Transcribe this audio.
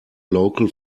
local